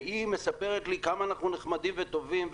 היא מספרת לי כמה אנחנו נחמדים וטובים.